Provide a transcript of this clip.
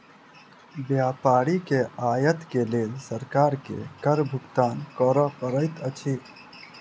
व्यापारी के आयत के लेल सरकार के कर भुगतान कर पड़ैत अछि